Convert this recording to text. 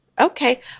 Okay